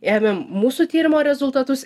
ėmėm mūsų tyrimo rezultatus